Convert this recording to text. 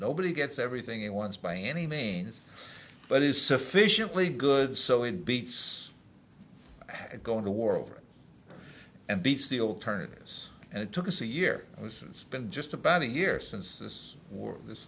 nobody gets everything it wants by any means but is sufficiently good so it beats going to war over and beats the alternative is and it took us a year since been just about a year since this